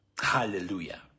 Hallelujah